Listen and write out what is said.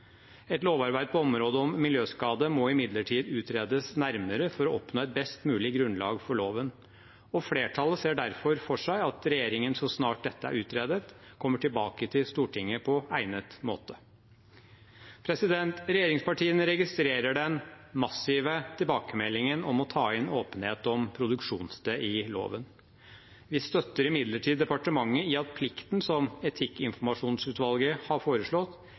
Et lovarbeid på området om miljøskade må imidlertid utredes nærmere for å oppnå et best mulig grunnlag for loven, og flertallet ser derfor for seg at regjeringen, så snart dette er utredet, kommer tilbake til Stortinget på egnet måte. Regjeringspartiene registrerer den massive tilbakemeldingen om å ta inn åpenhet om produksjonssted i loven. Vi støtter imidlertid departementet i at plikten som etikkinformasjonsutvalget har foreslått,